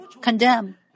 condemn